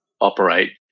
operate